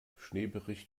schneebericht